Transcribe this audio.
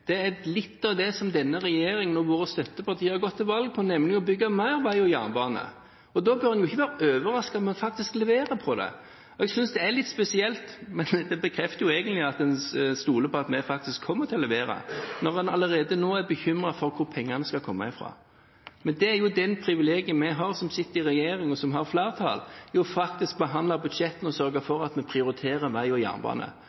Det er litt av det som denne regjeringen og våre støttepartier har gått til valg på, nemlig å bygge mer vei og jernbane, og da bør en ikke være overrasket om vi faktisk leverer på det. Jeg synes det er litt spesielt – men det bekrefter jo egentlig at en stoler på at vi faktisk kommer til å levere – når en allerede nå er bekymret for hvor pengene skal komme fra. Men det er jo det privilegiet vi har, vi som sitter i regjering og som har flertall, at vi faktisk behandler budsjettene og sørger for at vi prioriterer vei og jernbane.